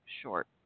short